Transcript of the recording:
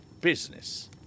business